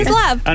love